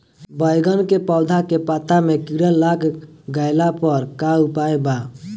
बैगन के पौधा के पत्ता मे कीड़ा लाग गैला पर का उपाय बा?